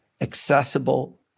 accessible